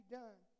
done